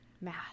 Math